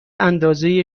اندازه